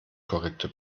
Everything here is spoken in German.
korrekte